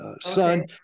son